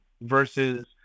versus